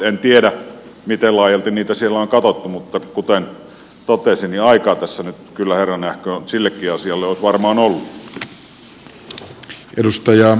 en tiedä miten laajalti niitä siellä on katsottu mutta kuten totesin aikaa tässä nyt kyllä herra nähköön sillekin asialle olisi varmaan ollut